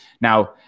Now